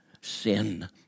sin